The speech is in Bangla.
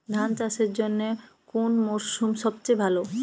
ধান চাষের জন্যে কোন মরশুম সবচেয়ে ভালো?